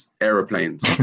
aeroplanes